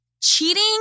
cheating